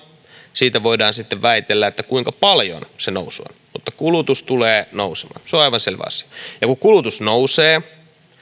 siitä voidaan sitten väitellä kuinka paljon se nousu on mutta kulutus tulee nousemaan se on aivan selvä asia ja kun kulutus nousee